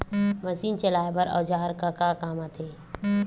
Machine चलाए बर औजार का काम आथे?